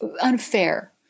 unfair